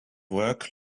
work